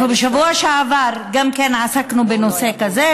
בשבוע שעבר גם כן עסקנו בנושא כזה,